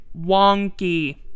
wonky